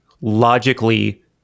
logically